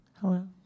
Hello